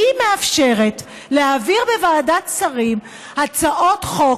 היא מאפשרת להעביר בוועדת שרים הצעות חוק,